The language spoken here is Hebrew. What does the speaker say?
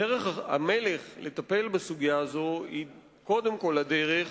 דרך המלך לטפל בסוגיה זו היא קודם כול הדרך